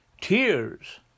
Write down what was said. tears